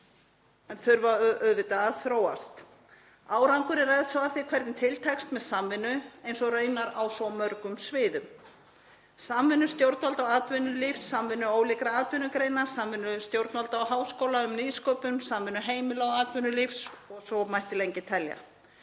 en þurfa auðvitað að þróast. Árangurinn ræðst svo af því hvernig til tekst með samvinnu, eins og raunar á svo mörgum sviðum, samvinnu stjórnvalda og atvinnulífs, samvinnu ólíkra atvinnugreina, samvinnu stjórnvalda og háskóla um nýsköpun, samvinnu heimila og atvinnulífs og svo mætti lengi telja.